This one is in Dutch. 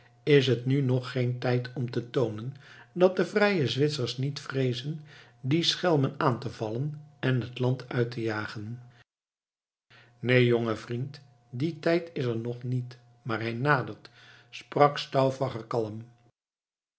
is het nu nog geen tijd om te toonen dat de vrije zwitsers niet vreezen die schelmen aan te vallen en het land uit te jagen neen jonge vriend die tijd is er nog niet maar hij nadert sprak stauffacher kalm